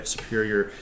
Superior